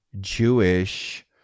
Jewish